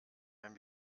wenn